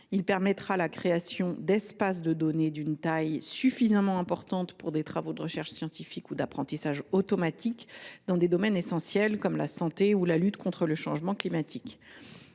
permettra la création d’espaces de données d’une taille suffisamment importante pour des travaux de recherche scientifique ou d’apprentissage automatique dans des domaines essentiels comme la santé ou la lutte contre le changement climatique.